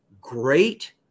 Great